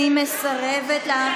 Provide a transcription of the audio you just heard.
הוא תקף אותי.